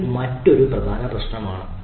ഇത് മറ്റൊരു പ്രശ്നമാണ്